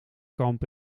kamp